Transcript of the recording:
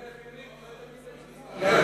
שר מהקבינט.